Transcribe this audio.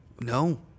No